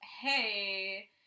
hey